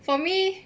for me